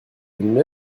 une